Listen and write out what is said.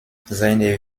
seine